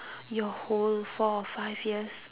your whole four or five years